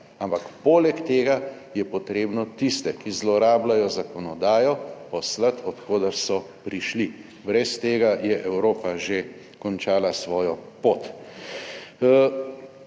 ampak poleg tega je potrebno tiste, ki zlorabljajo zakonodajo poslati od koder so prišli brez tega je Evropa že končala svojo pot.